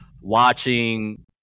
watching